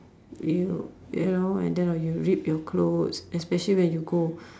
you you know and then or you rip your clothes especially when you go